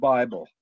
Bible